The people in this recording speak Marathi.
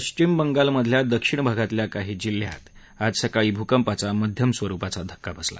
पश्चिम बंगालमधल्या दक्षिण भागातल्या काही जिल्ह्यात आज सकाळी भूकंपाचा मध्यम स्वरुपाचा धक्का बसला